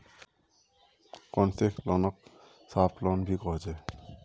concessional लोनक soft loan भी कह छे